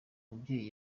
mubyeyi